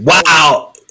wow